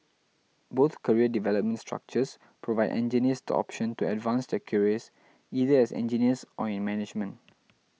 both career development structures provide engineers the option to advance their careers either as engineers or in management